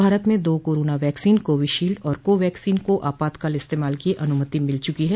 भारत में दो corona vaccine Covishield और कोवैक्सीन को आपातकाल इस्तेमाल की अनुमति मिल चुकी है